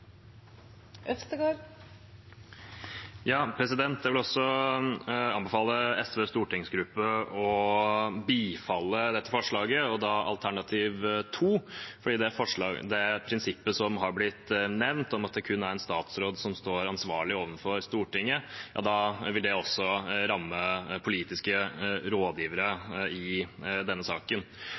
Jeg vil også anbefale SVs stortingsgruppe å bifalle dette forslaget, og da alternativ 2, for det prinsippet som har blitt nevnt, om at det kun er en statsråd som står ansvarlig overfor Stortinget, vil da også ramme politiske rådgivere i denne saken.